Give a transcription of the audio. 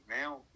Now